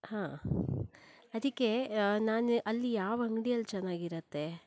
ಹಾಂ ಅದಕ್ಕೆ ನಾನು ಅಲ್ಲಿ ಯಾವ ಅಂಗಡಿಯಲ್ಲಿ ಚೆನ್ನಾಗಿರತ್ತೆ